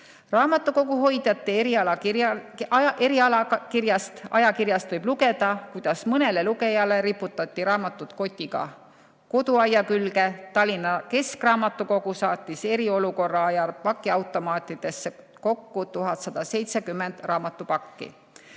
Raamatukoguhoidjate erialaajakirjast võib lugeda, kuidas mõnele lugejale riputati raamatud kotiga koduaia külge. Tallinna Keskraamatukogu saatis eriolukorra ajal pakiautomaatidesse kokku 1170 raamatupakki.